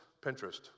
Pinterest